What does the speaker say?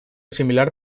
similar